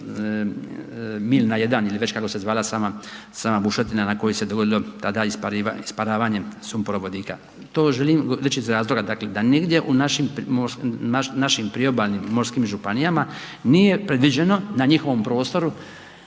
Milna 1 ili kako se već zvala sama bušotina na kojoj se dogodilo tada isparavanje sumporovodika. To želim reći iz razloga da nigdje u našim priobalnim morskim županijama nije predviđeno na njihovom prostoru